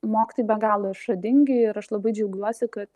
mokytojai be galo išradingi ir aš labai džiaugiuosi kad